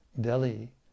Delhi